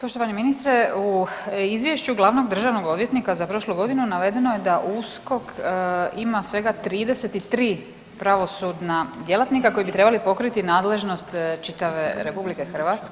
Poštovani ministre, u Izvješću glavnog državnog odvjetnika za prošlu godinu navedeno je da USKOK ima svega 33 pravosudna djelatnika koja bi trebali pokriti nadležnost čitave RH.